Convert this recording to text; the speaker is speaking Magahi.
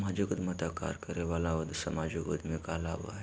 सामाजिक उद्यमिता कार्य करे वाला सामाजिक उद्यमी कहलाबो हइ